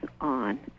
on